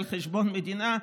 על חשבון המדינה,